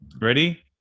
Ready